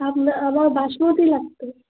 আপনার আমার বাসমতী লাগত